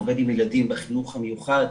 עובד עם ילדים בחינוך המיוחד,